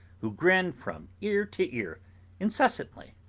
who grin from ear to ear incessantly.